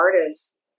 artists